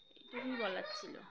এটুকু বলার ছিল